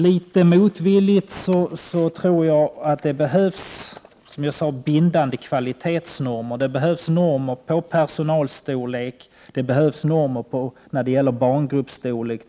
Litet motvilligt måste jag säga att jag tror att det behövs bindande kvalitetshormer. Det behövs normer när det gäller personalstorlek, barngrupper och ytstorlek.